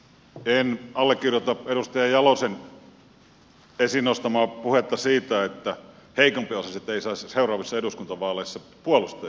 en allekirjoita edustaja jalosen esiin nostamaa puhetta siitä että heikompiosaiset eivät saisi seuraavissa eduskuntavaaleissa puolustajaa